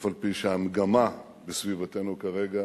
אף-על-פי שהמגמה בסביבתנו כרגע